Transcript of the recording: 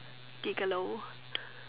gigolo